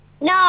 No